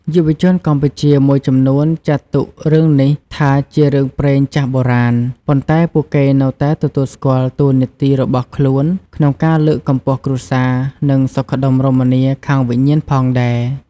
យុវជនកម្ពុជាមួយចំនួនចាត់ទុករឿងនេះថាជារឿងព្រេងចាស់បុរាណ ប៉ុន្តែពួកគេនៅតែទទួលស្គាល់តួនាទីរបស់ខ្លួនក្នុងការលើកកម្ពស់គ្រួសារ និងសុខដុមរមនាខាងវិញ្ញាណផងដែរ។